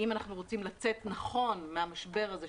אנחנו רוצים לצאת נכון מהמשבר הזה,